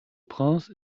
prince